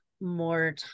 more